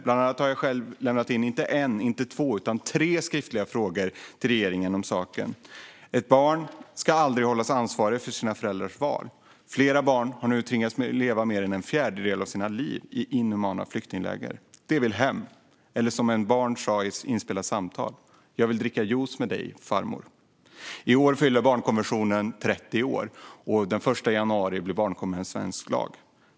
Bland annat har jag själv lämnat in inte en, inte två utan tre skriftliga frågor till regeringen om saken. Ett barn ska aldrig hållas ansvarigt för sina föräldrars val. Flera barn har nu tvingats leva mer än en fjärdedel av sina liv i inhumana flyktingläger. De vill hem, eller som ett barn sa i ett inspelat samtal: "Jag vill dricka juice med dig, farmor". I år fyller barnkonventionen 30 år, och den 1 januari blir barnkonventionen svensk lag.